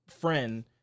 friend